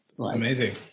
Amazing